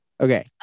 Okay